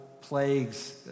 plague's